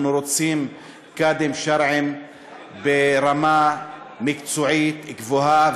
אנחנו רוצים קאדים שרעיים ברמה מקצועית גבוהה,